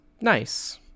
nice